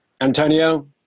Antonio